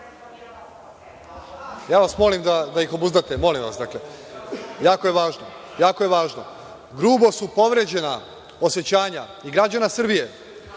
vas molim da ih obuzdate, molim vas. Jako je važno. Grubo su povređena osećanja i građana Srbije